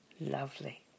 Lovely